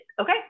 okay